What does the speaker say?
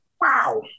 Wow